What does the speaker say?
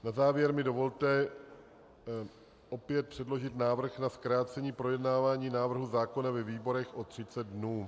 Na závěr mi dovolte opět předložit návrh na zkrácení projednávání návrhu zákona ve výborech o 30 dnů.